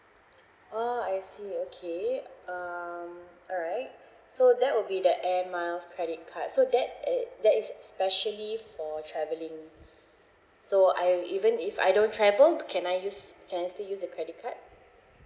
uh I see okay um alright so that will be the air miles credit card so that it that is especially for travelling so I even if I don't travel can I use can I still use the credit like